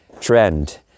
trend